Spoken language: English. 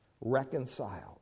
reconciled